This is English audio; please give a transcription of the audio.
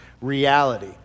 reality